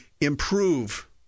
improve